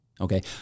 Okay